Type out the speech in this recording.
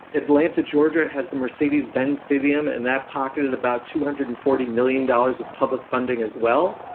atlanta georgia has the mercedes-benz stadium, and that pocketed about two hundred and forty million dollars of public funding as well.